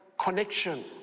connection